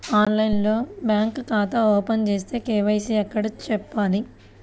ఆన్లైన్లో బ్యాంకు ఖాతా ఓపెన్ చేస్తే, కే.వై.సి ఎక్కడ చెప్పాలి?